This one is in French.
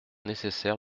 nécessaire